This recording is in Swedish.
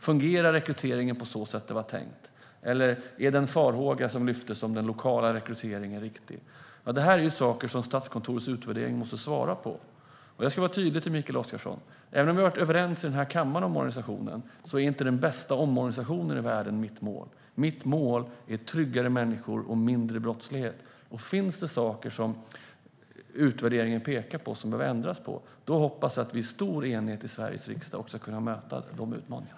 Fungerar rekryteringen på det sätt som det var tänkt, eller är den farhåga som lyftes om den lokala rekryteringen riktig? Det här är saker som Statskontorets utvärdering måste svara på, och jag ska vara tydlig, Mikael Oscarsson: Även om vi har varit överens här i kammaren om omorganisationen är det inte den bästa omorganisationen i världen som är mitt mål. Mitt mål är tryggare människor och mindre brottslighet, och finns det saker som utvärderingen pekar på behöver ändras så hoppas jag att vi i stor enighet i Sveriges riksdag också kan möta de utmaningarna.